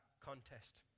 contest